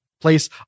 place